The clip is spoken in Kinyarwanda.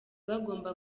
bagomba